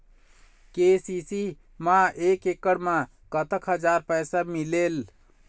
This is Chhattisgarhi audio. के.सी.सी मा एकड़ मा कतक हजार पैसा मिलेल?